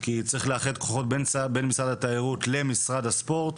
כי צריך לאחד כוחות בין משרד התיירות למשרד הספורט